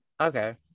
okay